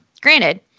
Granted